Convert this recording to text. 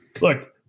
look